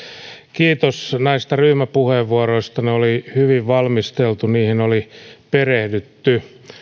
kiitos näistä ryhmäpuheenvuoroista ne oli hyvin valmisteltu niihin oli perehdytty